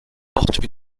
portent